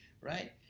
Right